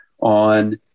on